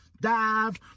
Dive